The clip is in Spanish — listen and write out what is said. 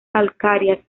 calcáreas